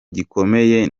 gikomeye